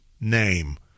name